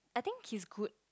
I think he's good